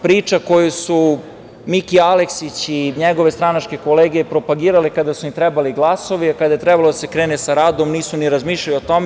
Priča koju su Miki Aleksić i njegove stranačke kolege propagirale kada su im trebali glasovi, a kada je trebalo da se krene sa radom nisu ni razmišljali o tome.